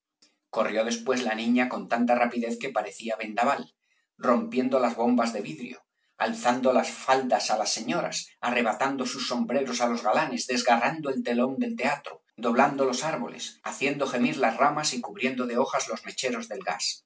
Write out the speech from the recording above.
corrió después la niña con tanta rapidez que parecía vendaval rompiendo las bombas de vidrio alzando las faldas á las señoras arrebatando sus sombreros á los galanes desgarrando el telón del teatro doblando los árboles haciendo gemir las ramas y cubriendo de hojas los mecheros del gas